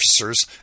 officers